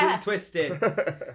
twisted